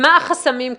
מה כרגע החסמים?